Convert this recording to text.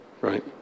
Right